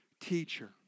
teacher